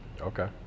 Okay